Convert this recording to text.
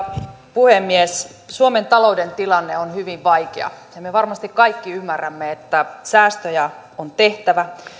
puhemies suomen talouden tilanne on hyvin vaikea ja me varmasti kaikki ymmärrämme että säästöjä on tehtävä